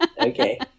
okay